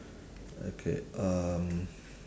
okay um